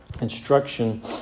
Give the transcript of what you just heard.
instruction